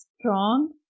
strong